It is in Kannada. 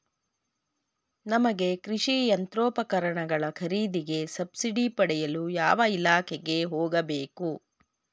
ನಮಗೆ ಕೃಷಿ ಯಂತ್ರೋಪಕರಣಗಳ ಖರೀದಿಗೆ ಸಬ್ಸಿಡಿ ಪಡೆಯಲು ಯಾವ ಇಲಾಖೆಗೆ ಹೋಗಬೇಕು?